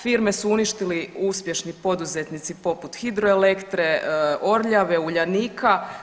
Firme su uništili uspješni poduzetnici poput Hidroelektre, Orljave, Uljanika.